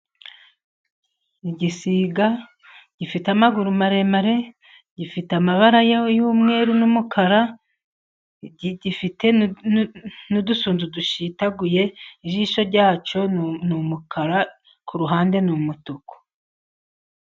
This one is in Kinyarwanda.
Igisiga gifite amaguru maremare, gifite amabara y'umweru n'umukara, gifite n'udusunzu dushitaguye, ijisho rya cyo ni umukara, ku ruhande ni umutuku.